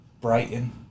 Brighton